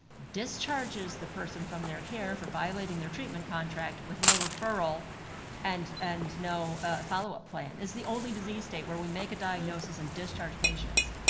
discharges the person from their care for violating their treatment contract with no referral and and no follow-up plan. it's the only disease state where we make a diagnosis and discharge patients.